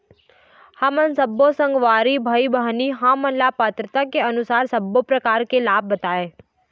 हमन सब्बो संगवारी भाई बहिनी हमन ला पात्रता के अनुसार सब्बो प्रकार के लाभ बताए?